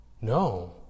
No